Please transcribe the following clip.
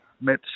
met